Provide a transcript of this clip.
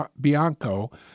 Bianco